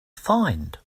find